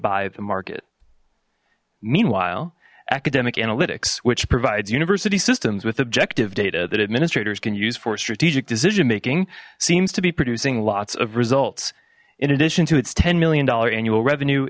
by the market meanwhile academic analytics which provides university systems with objective data that administrators can use for strategic decision making seems to be producing lots of results in addition to its ten million dollar annual revenue